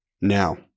Now